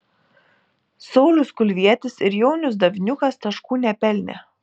saulius kulvietis ir jaunius davniukas taškų nepelnė